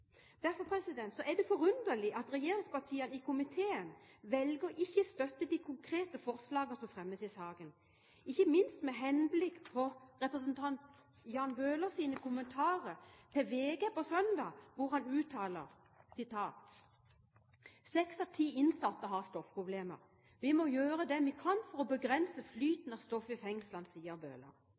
Derfor er det forunderlig at regjeringspartiene i komiteen velger ikke å støtte de konkrete forslagene som fremmes i saken, ikke minst med henblikk på representanten Jan Bøhlers kommentarer til VG på søndag, hvor han uttaler: «Seks av ti innsatte har stoffproblemer. Vi må gjøre det vi kan for å begrense flyten av stoff inn i